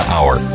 Hour